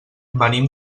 venim